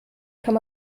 kann